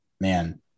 man